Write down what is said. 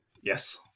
Yes